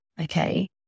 okay